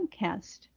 podcast